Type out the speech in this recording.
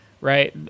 right